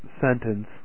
sentence